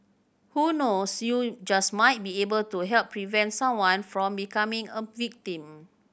who knows you just might be able to help prevent someone from becoming a victim